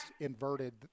inverted